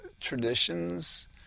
traditions